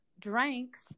Drinks